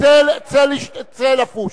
צא לפוש.